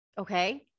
Okay